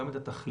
גם את התכליות,